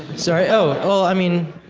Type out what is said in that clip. sorry, oh, i mean.